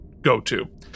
go-to